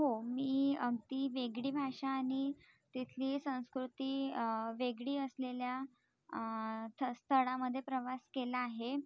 हो मी अमती वेगळी भाषा आणि तिथली संस्कृती वेगळी असलेल्या थ स्थळामध्ये प्रवास केला आहे